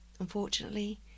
Unfortunately